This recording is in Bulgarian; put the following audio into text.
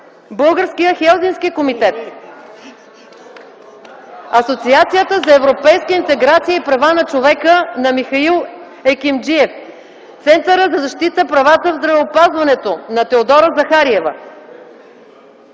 Българския хелзинкски комитет (шум и реплики), Асоциацията за европейска интеграция и права на човека на Михаил Екимджиев, Центъра за защита правата в здравеопазването на Теодора Захариева,